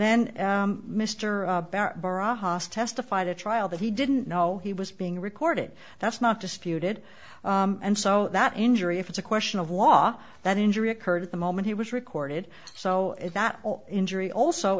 haas testified at trial that he didn't know he was being recorded that's not disputed and so that injury if it's a question of law that injury occurred at the moment he was recorded so if that injury also